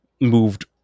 moved